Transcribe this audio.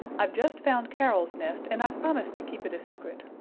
i've just found carol's nest and i've promised to keep it a secret.